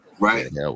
Right